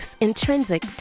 intrinsic